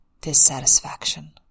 dissatisfaction